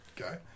Okay